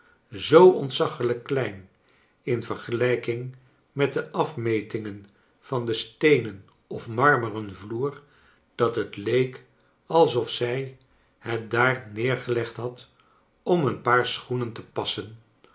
zoo ontzaglijk klein in vergelijking met de afmetingen van den steenen of marmeren vloer dat het leek alsof zij het daar neergelegd had om een paar schoenen te passen